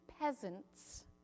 peasants